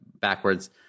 backwards